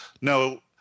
No